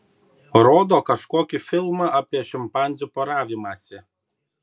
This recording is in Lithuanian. rodo kažkokį filmą apie šimpanzių poravimąsi